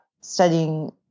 studying